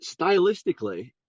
Stylistically